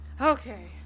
Okay